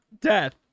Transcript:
death